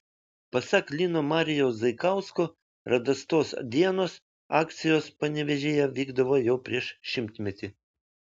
pasak lino marijaus zaikausko radastos dienos akcijos panevėžyje vykdavo jau prieš šimtmetį